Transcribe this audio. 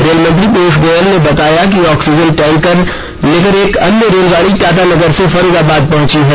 rail मंत्री पीयूष गोयल ने बताया कि ऑक्सीजन टैंकर लेकर एक अन्य रेलगाडी टाटानगर से फरीदाबाद पहुंची है